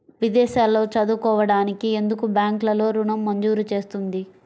విదేశాల్లో చదువుకోవడానికి ఎందుకు బ్యాంక్లలో ఋణం మంజూరు చేస్తుంది?